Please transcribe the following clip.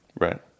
Right